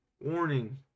Warning